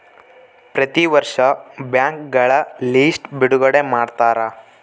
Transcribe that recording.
ಪ್ರತಿ ವರ್ಷ ಬ್ಯಾಂಕ್ಗಳ ಲಿಸ್ಟ್ ಬಿಡುಗಡೆ ಮಾಡ್ತಾರ